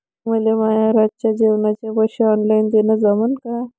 मले माये रातच्या जेवाचे पैसे ऑनलाईन देणं जमन का?